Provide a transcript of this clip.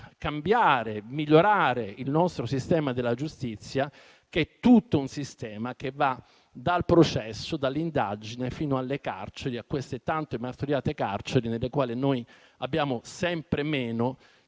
cambiare e migliorare il nostro sistema della giustizia, che va dal processo e dall'indagine fino alle carceri, le tanto martoriate carceri, nelle quali abbiamo sempre meno